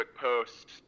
post